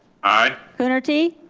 aye. coonerty?